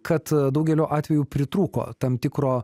kad daugeliu atvejų pritrūko tam tikro